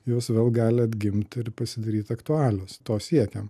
jos vėl gali atgimti ir pasidaryti aktualios to siekiam